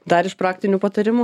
dar iš praktinių patarimų